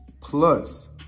Plus